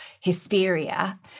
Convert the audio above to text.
hysteria